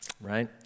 right